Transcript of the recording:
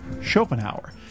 Schopenhauer